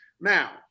now